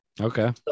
okay